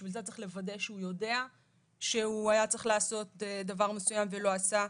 בשביל זה צריך לוודא שהוא יודע שהוא היה צריך לעשות דבר מסוים ולא עשה.